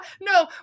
no